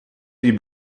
die